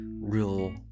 real